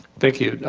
thank you.